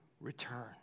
return